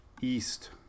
east